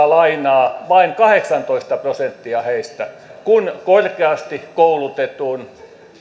lainaa nostaa vain kahdeksantoista prosenttia kun korkeasti koulutettujen